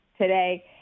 today